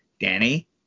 Danny